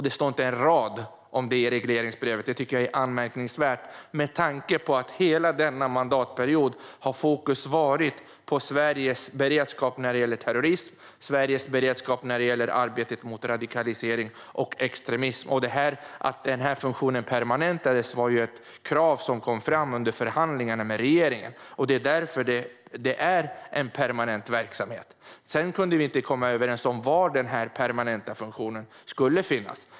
Det står inte en rad om detta i regleringsbrevet. Jag tycker att det är anmärkningsvärt, med tanke på att fokus under hela denna mandatperiod har legat på Sveriges beredskap när det gäller terrorism och Sveriges beredskap när det gäller arbetet mot radikalisering och extremism. Att denna funktion permanentas var ett krav som kom fram under förhandlingarna med regeringen. Det är därför det finns en permanent verksamhet. Sedan kunde vi inte komma överens om var denna permanenta funktion skulle finnas.